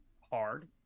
hard